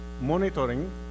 monitoring